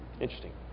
Interesting